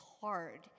hard